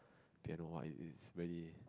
piano what it is really